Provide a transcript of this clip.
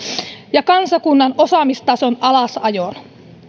ja kansakunnan osaamistason alasajoon